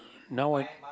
now I